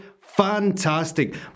Fantastic